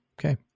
Okay